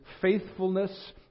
faithfulness